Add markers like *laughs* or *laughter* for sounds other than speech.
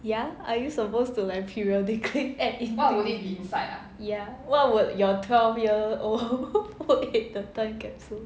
ya are you supposed to like periodically add in ya what would your twelve year old *laughs* put in the time capsule